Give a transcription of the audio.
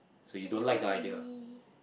and then I really